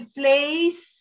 place